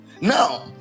Now